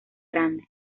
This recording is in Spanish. grande